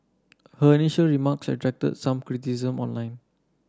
her initial remarks attracted some criticism online